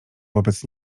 wobec